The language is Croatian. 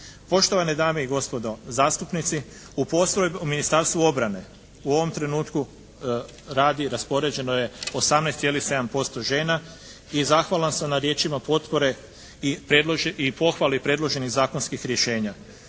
Poštovane dame i gospodo zastupnici, u Ministarstvu obrane u ovom trenutku radi, raspoređeno je 18,7% žena i zahvalan sam na riječima potpore i pohvali predloženih zakonskih rješenja.